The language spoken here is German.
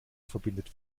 verbindet